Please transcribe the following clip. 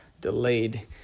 delayed